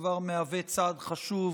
הדבר הוא צעד חשוב